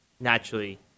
naturally